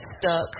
stuck